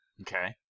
Okay